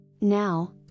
Now